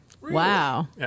Wow